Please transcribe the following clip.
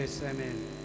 amen